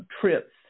trips